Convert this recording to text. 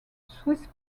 swiss